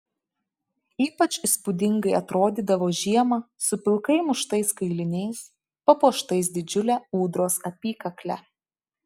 ypač įspūdingai atrodydavo žiemą su pilkai muštais kailiniais papuoštais didžiule ūdros apykakle